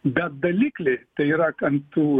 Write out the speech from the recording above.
bet dalikliai tai yra ant tų